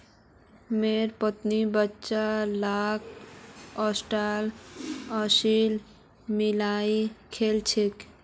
मोर पत्नी बच्चा लाक ओट्सत अलसी मिलइ खिला छेक